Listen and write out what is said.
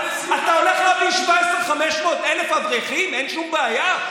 אתה הולך להביא 17,500 אברכים, אין שום בעיה.